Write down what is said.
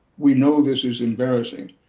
we know this is embarrassing.